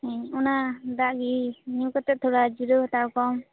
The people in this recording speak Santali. ᱦᱮᱸ ᱚᱱᱟ ᱫᱟᱜ ᱜᱮ ᱧᱩ ᱠᱟᱛᱮᱫ ᱛᱷᱚᱲᱟ ᱡᱤᱨᱟᱹᱣ ᱦᱟᱛᱟᱲ ᱠᱚᱜ ᱟᱢ